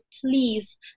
please